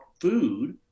food